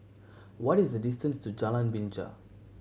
what is the distance to Jalan Binja